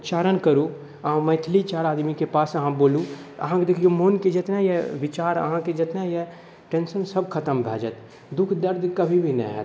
उच्चारण करू अहाँ मैथिली चारि आदमीके पास अहाँ बोलू अहाँके देखियो मोनके जितना यऽ विचार जितना यऽ टेन्शन सब खतम भए जायत दुःख दर्द कभी भी नहि होयत